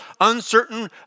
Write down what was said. uncertain